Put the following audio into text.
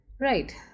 Right